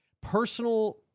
Personal